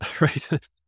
right